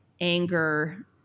anger